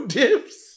dips